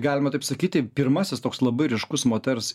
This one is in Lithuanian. galima taip sakyti pirmasis toks labai ryškus moters